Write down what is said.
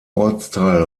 ortsteil